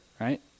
right